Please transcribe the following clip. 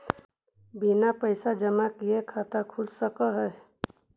बिना पैसा जमा किए खाता खुल सक है?